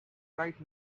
right